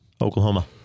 Oklahoma